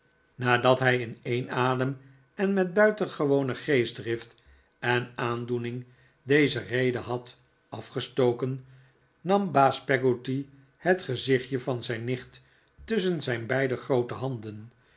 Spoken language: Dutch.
nadat hij in een adem en met buitengewone geestdrift en aandoening deze rede had afgestoken nam baas peggotty het gezichtje van zijn nicht tusschen zijn beide groote handen